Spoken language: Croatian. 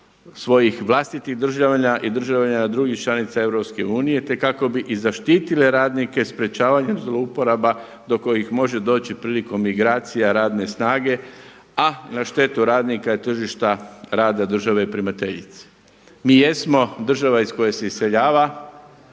svojih vlastitih državljana i državljana drugih članica EU, te kako bi i zaštitile radnike sprečavanjem zlouporaba do kojih može doći prilikom migracija radne snage, a na štetu radnika i tržišta rada države primateljice. Mi jesmo država iz koje se iseljava